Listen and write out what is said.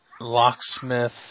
Locksmith